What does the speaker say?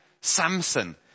Samson